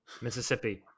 Mississippi